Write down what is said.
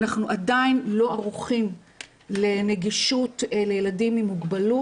אנחנו עדיין לא ערוכים לנגישות לילדים עם מוגבלות,